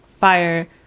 fire